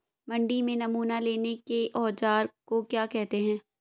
मंडी में नमूना लेने के औज़ार को क्या कहते हैं?